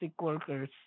workers